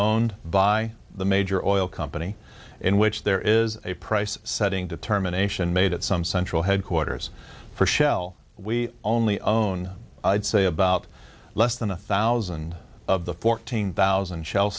owned by the major oil company in which there is a price setting determination made at some central headquarters for shell we only own i'd say about less than a thousand of the fourteen thousand shell